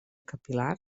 capil·lar